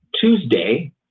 Tuesday